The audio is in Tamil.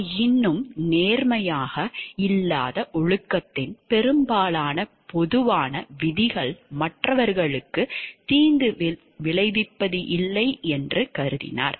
அவர் இன்னும் நேர்மையாக இல்லாத ஒழுக்கத்தின் பெரும்பாலான பொதுவான விதிகள் மற்றவர்களுக்கு தீங்கு விளைவிப்பதில்லை என்று கருதினார்